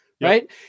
Right